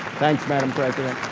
thanks madam president,